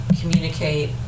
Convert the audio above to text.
communicate